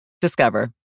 Discover